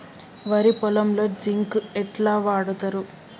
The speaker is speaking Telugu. వరి పొలంలో జింక్ ఎట్లా వాడుతరు?